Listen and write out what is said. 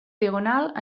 diagonal